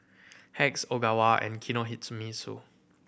Hacks Ogawa and Kinohimitsu